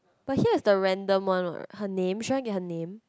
but here is the random one what her name she want to get her name